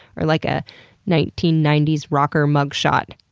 or like a nineteen ninety s rocker mugshot.